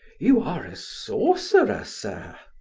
you are a sorcerer, sir!